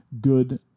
good